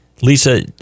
Lisa